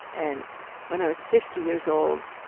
and when i was fifty years old,